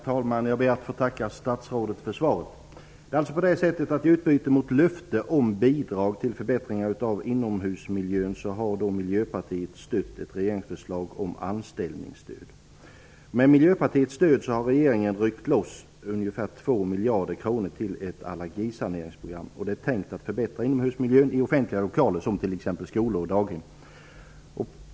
Herr talman! Jag ber att få tacka statsrådet för svaret. I utbyte mot ett löfte om bidrag till förbättringar av inomhusmiljön har alltså Miljöpartiet stött ett regeringsförslag om anställningsstöd. Med Miljöpartiets stöd har regeringen ryckt loss ungefär 2 miljarder kronor till ett allergisaneringsprogram. Det är tänkt att förbättra inomhusmiljön i offentliga lokaler, t.ex.